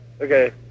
Okay